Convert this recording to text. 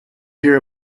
hear